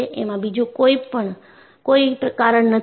એમાં બીજું કોઈ કારણ નથી